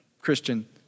Christian